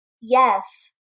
yes